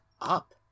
up